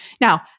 Now